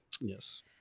Yes